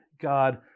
God